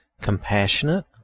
compassionate